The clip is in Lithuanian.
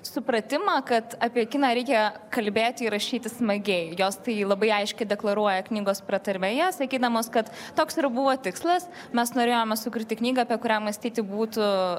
supratimą kad apie kiną reikia kalbėti rašyti smagiai jos tai labai aiškiai deklaruoja knygos pratarmėje sakydamos kad toks ir buvo tikslas mes norėjome sukurti knygą apie kurią mąstyti būtų